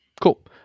Cool